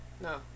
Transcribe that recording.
No